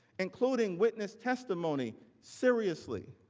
including witness testimony seriously.